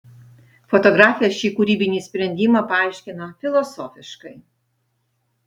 fotografė šį kūrybinį sprendimą paaiškina filosofiškai